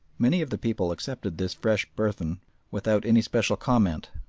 many of the people accepted this fresh burthen without any special comment,